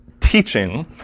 teaching